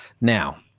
Now